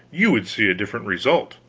you would see a different result.